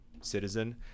citizen